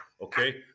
Okay